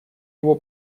его